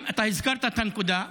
אתה הזכרת את הנקודה.